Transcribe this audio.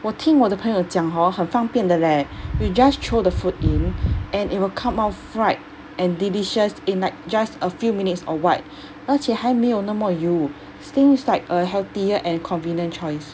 我听我的朋友讲 hor 很方便的 leh we just throw the food in and it will come out of fried and delicious in like just a few minutes or what 而且还没有那么油 seems like a healthier and convenient choice